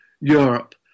Europe